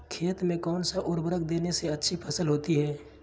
खेत में कौन सा उर्वरक देने से अच्छी फसल होती है?